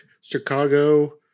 Chicago